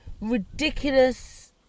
ridiculous